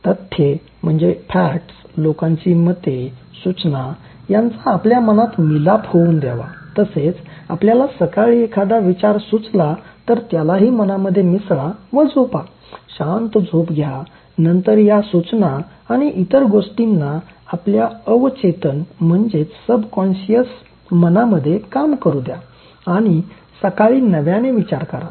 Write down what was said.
तथ्ये लोकांची मते सूचना यांचा आपल्या मनात मिलाप होवून द्यावा तसेच आपल्याला सकाळी एखादा विचार सुचला तर त्यालाही मनामध्ये मिसळा व झोपा शांत झोप घ्या नंतर या सूचना आणि इतर गोष्टींना आपल्या अवचेतन मनामध्ये काम करू द्या आणि सकाळी नव्याने विचार करा